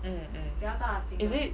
mm mm is it